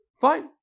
Fine